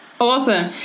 awesome